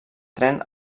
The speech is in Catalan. tren